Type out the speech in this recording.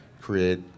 create